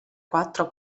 quattro